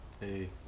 Hey